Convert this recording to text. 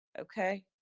okay